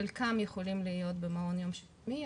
חלקם יכולים להיות במעון יום שיקומי,